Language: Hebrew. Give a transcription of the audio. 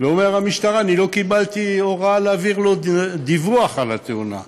אומרת המשטרה: לא קיבלתי הוראה להעביר לו דיווח על התאונה,